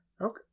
Okay